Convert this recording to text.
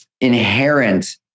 inherent